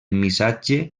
missatge